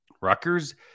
Rutgers